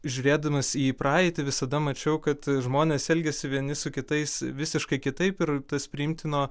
žiūrėdamas į praeitį visada mačiau kad žmonės elgiasi vieni su kitais visiškai kitaip ir tas priimtino